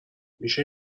میشه